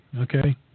okay